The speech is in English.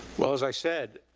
well, as i said,